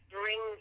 bring